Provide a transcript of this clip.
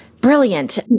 brilliant